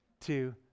two